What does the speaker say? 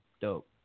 dope